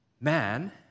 man